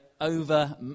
over